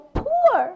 poor